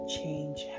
change